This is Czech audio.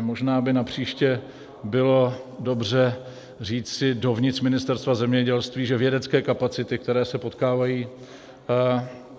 Možná by napříště bylo dobře říci dovnitř Ministerstva zemědělství, že vědecké kapacity, které se potkávají